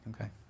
okay